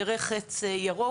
אנחנו נראה בדו"ח חץ ירוק.